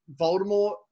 Voldemort